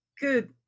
good